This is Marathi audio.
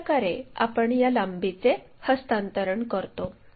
अशाप्रकारे आपण या लांबीचे हस्तांतरण करतो